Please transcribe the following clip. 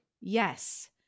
Yes